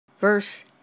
Verse